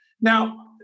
Now